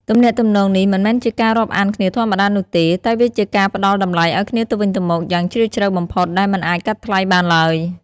ទំនាក់ទំនងនេះមិនមែនជាការរាប់អានគ្នាធម្មតានោះទេ តែវាជាការផ្តល់តម្លៃឲ្យគ្នាទៅវិញទៅមកយ៉ាងជ្រាលជ្រៅបំផុតដែលមិនអាចកាត់ថ្លៃបានឡើយ។